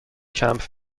کمپ